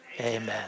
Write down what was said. amen